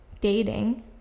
dating